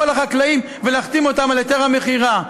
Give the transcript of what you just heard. החקלאים ולהחתים אותם על היתר המכירה.